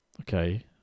Okay